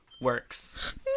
works